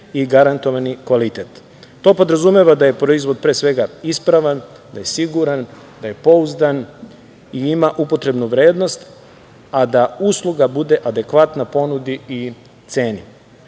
i garantovani kvalitet. To podrazumeva da je proizvod pre svega ispravan, siguran, pouzdan i ima upotrebnu vrednost, a da usluga bude adekvatna ponudi i ceni. Ovo